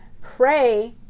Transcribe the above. pray